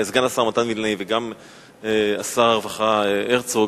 סגן השר מתן וילנאי וגם שר הרווחה הרצוג